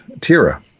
Tira